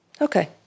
Okay